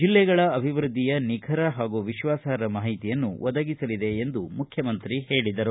ಜಿಲ್ಲೆಗಳ ಅಭಿವೃದ್ದಿಯ ನಿಖರ ಹಾಗೂ ವಿಶ್ವಾಸಾರ್ಹ ಮಾಹಿತಿಯನ್ನು ಒದಗಿಸಲಿದೆ ಎಂದು ಮುಖ್ಣಮಂತ್ರಿ ಹೇಳದರು